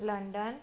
London